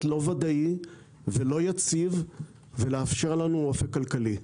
לא ודאי ולא יציב ולאפשר לנו אופק כלכלי.